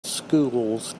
schools